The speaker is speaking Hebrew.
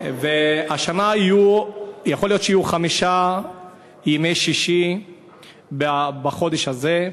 והשנה יכול להיות שיהיו חמישה ימי שישי בחודש הזה,